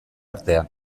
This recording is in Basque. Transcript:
artean